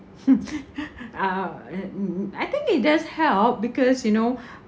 uh uh mm mm I think it does help because you know